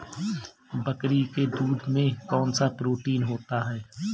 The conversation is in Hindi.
बकरी के दूध में कौनसा प्रोटीन होता है?